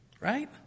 right